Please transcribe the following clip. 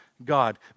God